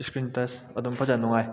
screen touch ꯑꯗꯨꯝ ꯐꯖꯅ ꯅꯨꯡꯉꯥꯏ